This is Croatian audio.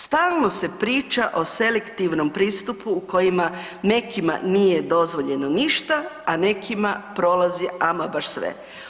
Stalno se priča o selektivnom pristupu u kojima nekima nije dozvoljeno ništa, a nekima prolazi ama baš sve.